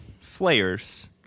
flares